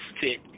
fit